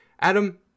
Adam